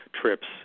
trips